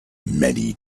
many